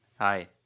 Hi